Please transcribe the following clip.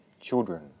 children